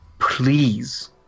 Please